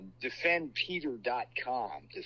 DefendPeter.com